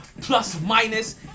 plus-minus